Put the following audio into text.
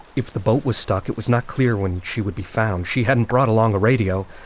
if the boat was stuck, it was not clear when she would be found she hadn't brought along a radio,